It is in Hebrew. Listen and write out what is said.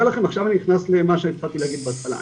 לכם עכשיו אני נכנס למה התחלתי להגיד בהתחלה,